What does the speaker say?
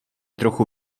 trochu